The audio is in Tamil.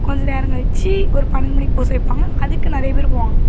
கொஞ்சம் நேரம் கழிச்சி ஒரு பன்னெண்டு மணிக்கு பூசை வைப்பாங்க அதுக்கு நிறைய பேர் போவாங்க